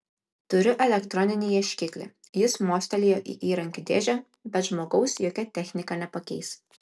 turiu elektroninį ieškiklį jis mostelėjo į įrankių dėžę bet žmogaus jokia technika nepakeis